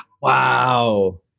Wow